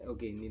Okay